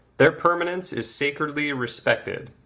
their permanence is sacredly respected,